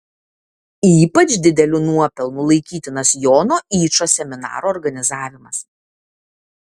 ypač dideliu nuopelnu laikytinas jono yčo seminaro organizavimas